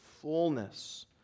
fullness